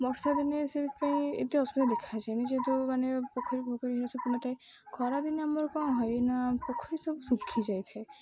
ବର୍ଷା ଦିନେ ସେଥିପାଇଁ ଏତେ ଅସୁବିଧା ଦେଖାଯାଏନି ଯେହେତୁ ମାନ ପୋରୀ ପୋଖରୀ ଏଟା ସବୁ ପୁର୍ଣ୍ଣ ଥାଏ ଖରାଦିନେ ଆମର କ'ଣ ହେନା ପୋଖରୀ ସବୁ ଶୁଖି ଯାଇଥାଏ